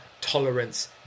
tolerance